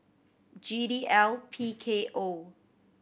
G D L P K O